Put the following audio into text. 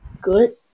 Good